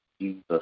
Jesus